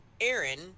Aaron